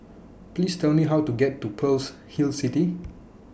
Please Tell Me How to get to Pearl's Hill City